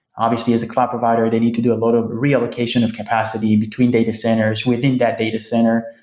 obviously as a cloud provider, they need to do a lot of reallocation of capacity between data centers within that data center.